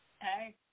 Hey